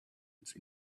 it’s